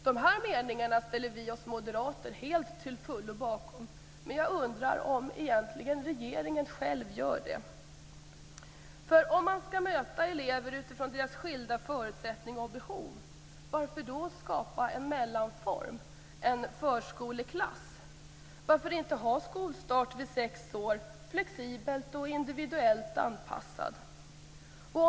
De här meningarna ställer vi moderater oss till fullo bakom, men jag undrar egentligen om regeringen själv gör det. Man skall möta elever utifrån deras skilda förutsättningar och behov. Varför skall man då skapa en mellanform, en förskoleklass? Varför inte ha en flexibelt och individuellt anpassad skolstart vid sex år?